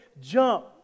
Jump